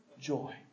joy